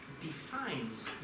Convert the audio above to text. defines